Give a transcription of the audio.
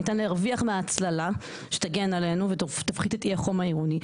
ניתן להרוויח מההצללה שתגן עלינו ותפחית את החום העירוני,